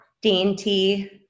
dainty